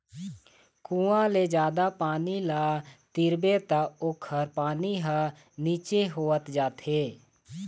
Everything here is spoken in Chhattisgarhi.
कुँआ ले जादा पानी ल तिरबे त ओखर पानी ह नीचे होवत जाथे